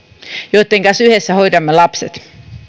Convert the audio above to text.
joitten kanssa yhdessä hoidamme lapset